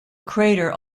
crater